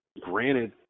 granted